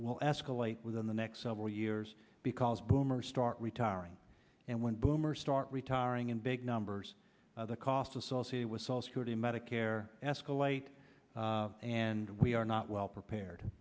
will escalate within the next several years because boomers start retiring and when boomers start retiring in big numbers the costs associated with small security medicare escalate and we are not well prepared